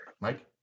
Mike